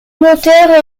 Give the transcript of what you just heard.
moteurs